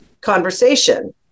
conversation